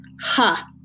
Ha